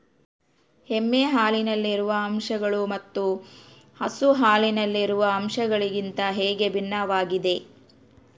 ಎಮ್ಮೆ ಹಾಲಿನಲ್ಲಿರುವ ಅಂಶಗಳು ಮತ್ತು ಹಸು ಹಾಲಿನಲ್ಲಿರುವ ಅಂಶಗಳಿಗಿಂತ ಹೇಗೆ ಭಿನ್ನವಾಗಿವೆ?